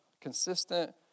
consistent